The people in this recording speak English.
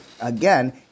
again